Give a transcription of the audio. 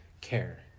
care